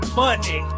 money